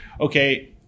okay